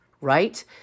right